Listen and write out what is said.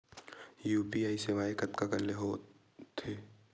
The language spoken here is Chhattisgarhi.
यू.पी.आई सेवाएं कतका कान ले हो थे?